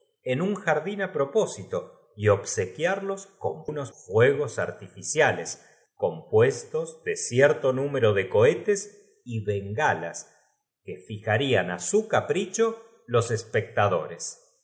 en un jardín á propósito y obsequiados liado ante la poca insistencia con que mi con unos fuegos artificiales compuestos de tuditorio pedía una obra original cierto numero de cohetes y bengalas que fijarían á su capricho los espectadores